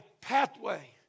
pathway